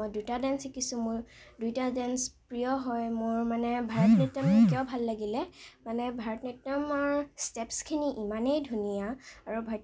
মই দুটা ডেন্স শিকিছোঁ মোৰ দুইটা ডেন্স প্ৰিয় হয় মোৰ মানে ভাৰত নাট্যম কিয় ভাল লাগিলে মানে ভাৰত নাট্যমৰ ষ্টেপচখিনি ইমানে ধুনীয়া আৰু